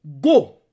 go